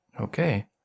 Okay